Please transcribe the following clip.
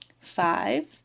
Five